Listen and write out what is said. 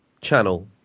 channel